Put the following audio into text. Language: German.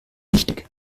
wichtig